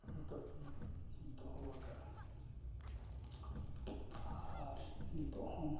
ᱱᱤᱛᱚᱜ ᱤᱧ ᱫᱚᱦᱚ ᱟᱠᱟᱫᱟ ᱟᱨ ᱱᱤᱛᱳᱜ ᱦᱚᱸ